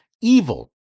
evil